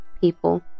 people